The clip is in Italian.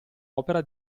opera